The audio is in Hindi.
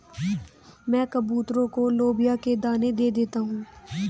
मैं कबूतरों को लोबिया के दाने दे देता हूं